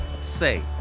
Say